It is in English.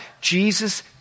Jesus